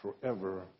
forever